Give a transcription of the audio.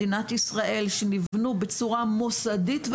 במדינת ישראל,